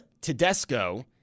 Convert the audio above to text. tedesco